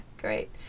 great